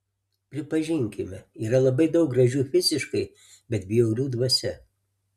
pripažinkime yra labai daug gražių fiziškai bet bjaurių dvasia